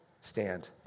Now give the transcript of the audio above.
stand